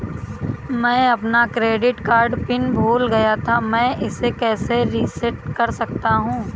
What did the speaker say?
मैं अपना credit card pin भूल गया था मैं इसे कैसे रीसेट कर सकता हूँ?